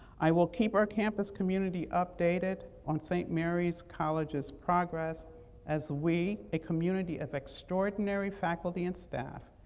i will keep our campus community updated on st. mary's college's progress as we, a community of extraordinary faculty and staff,